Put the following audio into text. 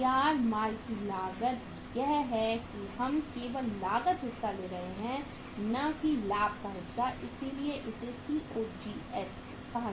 तैयार माल की लागत यह है कि हम केवल लागत हिस्सा ले रहे हैं न कि लाभ का हिस्सा इसलिए ही इसे COGS कहा जाता है